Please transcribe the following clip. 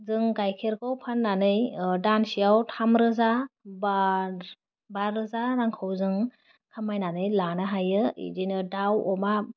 जों गायखेरखौ फाननानै ओह दानसेआव थामरोजा बा बारोजा रांखौ जों खामायनानै लानो हायो इदिनो दाव अमा